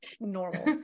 normal